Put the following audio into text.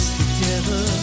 together